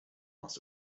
must